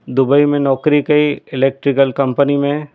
Dubai में नौकिरी कई इलैक्ट्रिकल कंपनी में